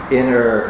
inner